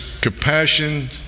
compassion